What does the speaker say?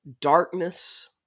darkness